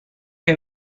que